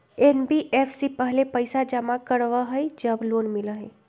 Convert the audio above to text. NBFC पहले पईसा जमा करवहई जब लोन मिलहई?